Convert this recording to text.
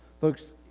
Folks